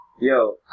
Yo